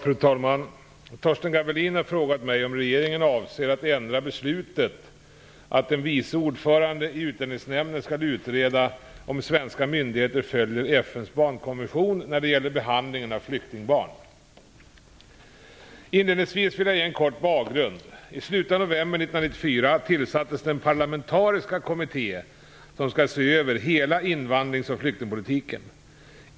Fru talman! Torsten Gavelin har frågat mig om regeringen avser att ändra beslutet att vice ordföranden i Utlänningsnämnden skall utreda om svenska myndigheter följer FN:s barnkonvention när det gäller behandlingen av flyktingbarn. Inledningsvis vill jag ge en kort bakgrund. I slutet av november 1994 tillsattes den parlamentariska kommitté som skall se över hela invandrings och flyktingpolitiken.